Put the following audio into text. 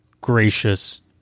gracious